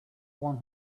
one